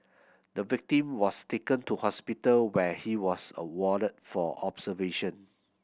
the victim was taken to hospital where he was awarded for observation